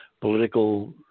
political